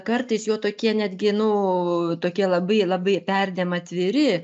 kartais jo tokie netgi nu tokie labai labai perdėm atviri